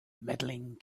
medaling